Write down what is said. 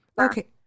Okay